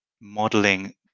modeling